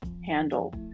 handle